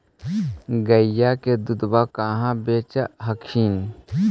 गईया के दूधबा कहा बेच हखिन?